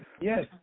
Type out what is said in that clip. Yes